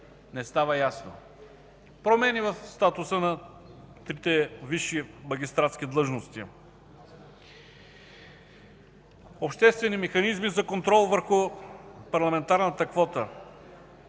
не става ясно, промени в статуса на трите висши магистратски длъжности. Обществени механизми за контрол върху парламентарната квота.